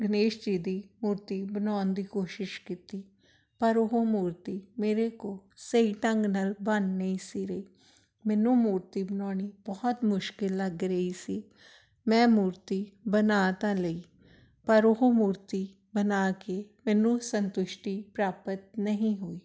ਗਣੇਸ਼ ਜੀ ਦੀ ਮੂਰਤੀ ਬਣਾਉਣ ਦੀ ਕੋਸ਼ਿਸ਼ ਕੀਤੀ ਪਰ ਉਹ ਮੂਰਤੀ ਮੇਰੇ ਕੋਲ ਸਹੀ ਢੰਗ ਨਾਲ ਬਣ ਨਹੀਂ ਸੀ ਰਹੀ ਮੈਨੂੰ ਮੂਰਤੀ ਬਣਾਉਣੀ ਬਹੁਤ ਮੁਸ਼ਕਿਲ ਲੱਗ ਰਹੀ ਸੀ ਮੈਂ ਮੂਰਤੀ ਬਣਾ ਤਾਂ ਲਈ ਪਰ ਉਹ ਮੂਰਤੀ ਬਣਾ ਕੇ ਮੈਨੂੰ ਸੰਤੁਸ਼ਟੀ ਪ੍ਰਾਪਤ ਨਹੀਂ ਹੋਈ